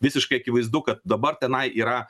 visiškai akivaizdu kad dabar tenai yra